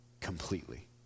completely